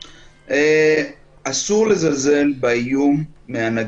אסור לזלזל באיום מהנגיף,